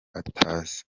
atazi